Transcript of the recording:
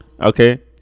Okay